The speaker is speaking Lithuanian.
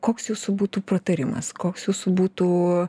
koks jūsų būtų patarimas koks jūsų būtų